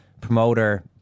promoter